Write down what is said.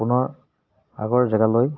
পুনৰ আগৰ জেগালৈ